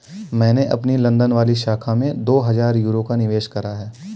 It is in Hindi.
मैंने अपनी लंदन वाली शाखा में दो हजार यूरो का निवेश करा है